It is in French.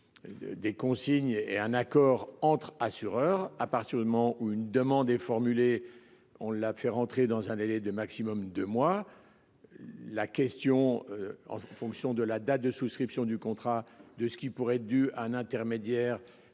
Des consignes et un accord entre assureurs à partir du moment où une demande est formulée. On l'a fait rentrer dans un délai de maximum deux mois. La question en fonction de la date de souscription du contrat de ce qui pourrait être dû à un intermédiaire